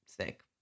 sick